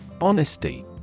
Honesty